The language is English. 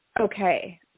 Okay